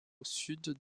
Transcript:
sud